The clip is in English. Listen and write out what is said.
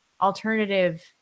alternative